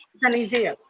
sunny zia?